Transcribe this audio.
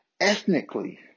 ethnically